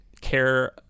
care